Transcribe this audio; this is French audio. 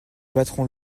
patron